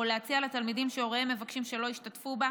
או להציע לתלמידים שהוריהם מבקשים שלא ישתתפו בה,